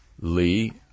Lee